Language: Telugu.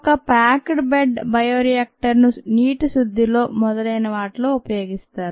ఒక ప్యాక్డ్ బెడ్ బయోరియాక్టర్ ను నీటి శుద్ధిలో మొదలైనవాటిలో ఉపయోగిస్తారు